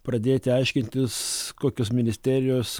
pradėti aiškintis kokios ministerijos